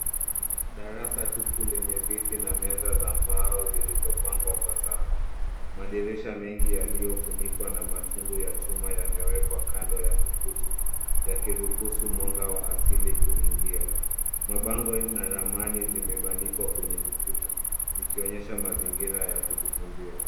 Darasa tupu lenye viti na meza za mbao zilizopangwa kwa safu. Madirisha mengi yaliyofunikwa na matundu ya chuma yamewekwa kando ya ukuta, yakiruhusu mwanga wa asili kuingia. Mabango na ramani zimebandikwa kwenye ukuta, zikionyesha mazingira ya kujifunzia.